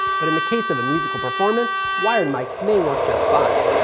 but in the case of a musical performance, wired mics may work just fine.